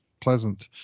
pleasant